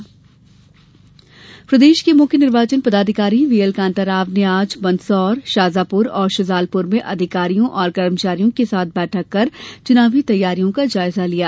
चुनाव समीक्षा प्रदेश के मुख्य निर्वाचन पदाधिकारी वीएल कांताराव ने आज मंदसौर शाजापुर और शुजालपुर में अधिकारियों और कर्मचारियों के साथ बैठक कर चुनावी तैयारियों का जायजा लिया